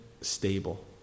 stable